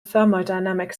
thermodynamic